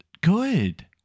Good